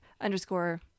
underscore